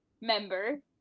member